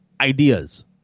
Ideas